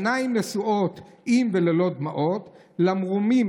// העיניים נשואות עם וללא / דמעות / למרומים